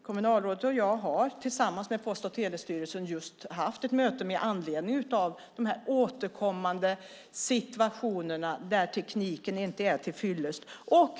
Kommunalrådet och jag har tillsammans med Post och telestyrelsen haft ett möte med anledning av de återkommande situationerna där tekniken inte är tillfyllest.